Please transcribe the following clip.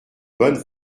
bonne